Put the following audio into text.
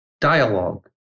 dialogue